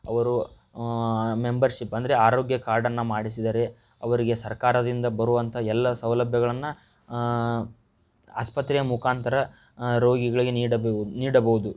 ಅವರು ಮೆಂಬರ್ಶಿಪ್ ಅಂದರೆ ಆರೋಗ್ಯ ಕಾರ್ಡನ್ನು ಮಾಡಿಸಿದರೆ ಅವರಿಗೆ ಸರ್ಕಾರದಿಂದ ಬರುವಂಥ ಎಲ್ಲ ಸೌಲಭ್ಯಗಳನ್ನ ಆಸ್ಪತ್ರೆಯ ಮುಖಾಂತರ ರೋಗಿಗಳಿಗೆ ನೀಡಬೋ ನೀಡಬಹುದು